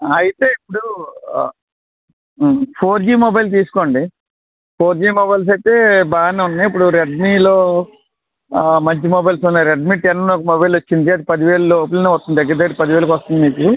అయితే ఇప్పుడు four G mobile తీసుకోండి ఫోర్ జి మొబైల్స్ అయితే బాగానే ఉన్నాయి ఇప్పుడు రెడ్మీలో మంచి మొబైల్స్ ఉన్నాయి రెడ్మీ టెన్ ఒక మొబైల్ వచ్చింది అది పది వేలు లోపులోనే వస్తుంది దగ్గర దగ్గర పది వేలకి వస్తుంది మీకు